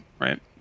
right